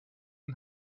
und